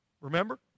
Remember